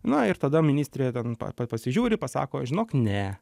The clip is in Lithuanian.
na ir tada ministrė ten pa pasižiūri pasako žinok ne